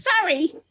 Sorry